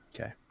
Okay